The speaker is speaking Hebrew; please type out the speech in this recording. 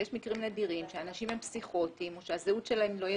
אבל יש מקרים נדירים שאנשים הם פסיכוטיים או שהזהות שלהם לא יציבה.